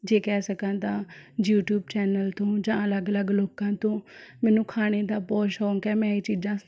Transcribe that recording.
ਜੇ ਕਹਿ ਸਕਾਂ ਤਾਂ ਯੂਟਿਊਬ ਚੈਨਲ ਤੋਂ ਜਾਂ ਅਲੱਗ ਅਲੱਗ ਲੋਕਾਂ ਤੋਂ ਮੈਨੂੰ ਖਾਣੇ ਦਾ ਬਹਤੁ ਸ਼ੌਂਕ ਹੈ ਮੈਂ ਇਹ ਚੀਜ਼ਾਂ